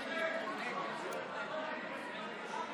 סדרנים, נא לעזור לי להשליט סדר, בבקשה.